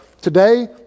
Today